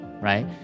right